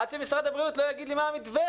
עד שמשרד הבריאות לא יגיד לי מה המתווה,